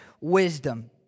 wisdom